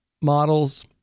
models